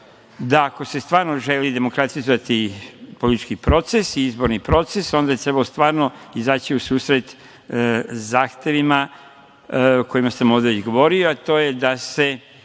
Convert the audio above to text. da ako se stvarno želi demokratizovati politički proces i izborni proces, onda je trebalo stvarno izaći u susret zahtevima o kojima sam ovde već govorio, a to je da se